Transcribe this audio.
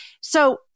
so-